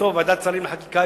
בהיותו בוועדת שרים לחקיקה,